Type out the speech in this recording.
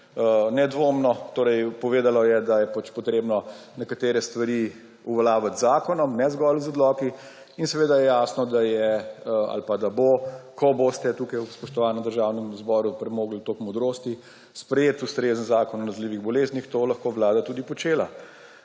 Ustavno sodišče. Povedalo je, da je potrebno nekatere stvari uveljaviti z zakonom in ne zgolj z odloki, in seveda je jasno, da je ali pa, da bo, ko boste tukaj v spoštovanem Državnem zboru premogli toliko modrosti in sprejeti ustrezen zakon o nalezljivih boleznih, to lahko Vlada tudi počela.